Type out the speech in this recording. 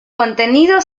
contenido